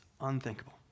Unthinkable